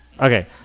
Okay